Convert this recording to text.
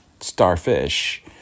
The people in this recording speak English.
starfish